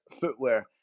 footwear